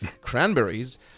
cranberries